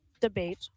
debate